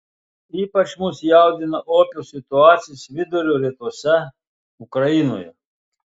ypač mus jaudina opios situacijos vidurio rytuose ukrainoje